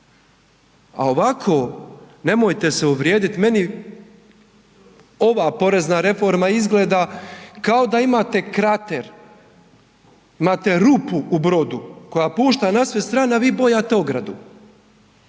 a ovako nemojte se uvrijediti meni ova porezna izgleda kao da imate krater, imate rupu u brodu koja pušta na sve strane, a vi bojate ogradu,